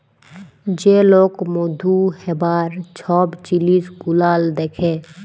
যে লক মধু হ্যবার ছব জিলিস গুলাল দ্যাখে